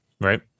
Right